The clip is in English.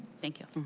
thank you.